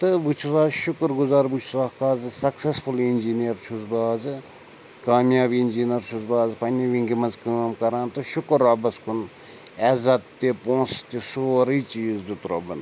تہٕ بہٕ چھُس آز شُکُر گُزار بہٕ چھُس اَکھ آز سَکسیٚسفُل اِنجیٖنَر چھُس بہٕ آزٕ کامیاب اِنجیٖنَر چھُس بہٕ آز پنٛنہِ وِنٛگہِ منٛز کٲم کَران تہٕ شُکُر رۄبَس کُن عزت تہِ پونٛسہٕ تہِ سورُے چیٖز دیُت رۄبَن